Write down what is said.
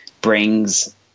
brings